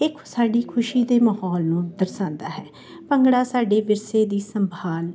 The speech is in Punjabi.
ਇੱਕ ਸਾਡੀ ਖੁਸ਼ੀ ਦੇ ਮਾਹੌਲ ਨੂੰ ਦਰਸਾਉਂਦਾ ਹੈ ਭੰਗੜਾ ਸਾਡੇ ਵਿਰਸੇ ਦੀ ਸੰਭਾਲ ਹੈ